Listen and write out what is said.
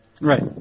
Right